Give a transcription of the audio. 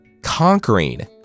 Conquering